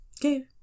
Okay